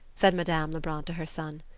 said madame lebrun to her son.